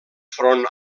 front